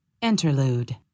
Interlude